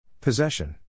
Possession